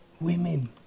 women